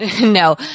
No